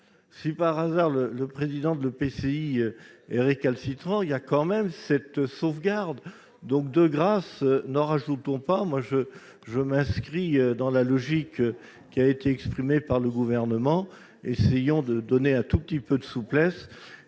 si par hasard le président de l'EPCI est récalcitrant, une sauvegarde existe. Donc, de grâce, n'en rajoutons pas ! Je m'inscris dans la logique qui a été exprimée par le Gouvernement. Essayons de donner un tout petit peu de souplesse